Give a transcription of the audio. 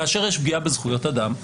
כאשר יש פגיעה בזכויות אדם,